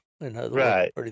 Right